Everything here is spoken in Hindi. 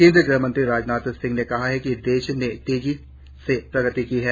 केंद्रीय गृहमंत्री राजनाथ सिंह ने कहा है कि देश ने तेज गति से प्रगति की है